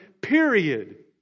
period